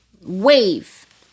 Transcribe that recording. wave